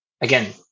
again